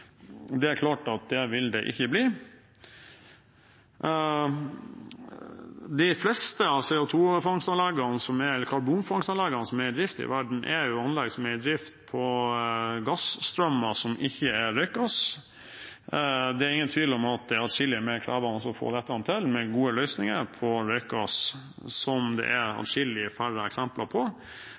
Det er klart at slik vil det ikke bli. De fleste av karbonfangstanleggene som er i drift i verden, er jo anlegg som er i drift på gass-strømmer som ikke er røykgass. Det er ingen tvil om at det er adskillig mer krevende å få dette til med gode løsninger for røykgass, som det er adskillig færre eksempler på.